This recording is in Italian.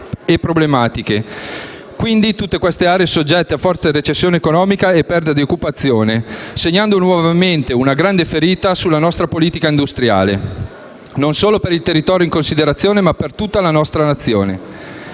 e problematiche, tutte aree soggette a forte recessione economica e perdita di occupazione che segnano una grande ferita sulla nostra politica industriale non solo per il territorio in considerazione, ma per tutta la nostra Nazione.